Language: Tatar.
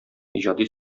иҗади